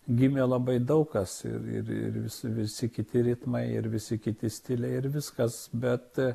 gimė labai daug kas ir ir vis visi kiti ritmai ir visi kiti stiliai ir viskas bet